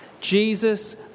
Jesus